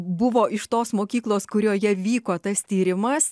buvo iš tos mokyklos kurioje vyko tas tyrimas